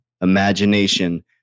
imagination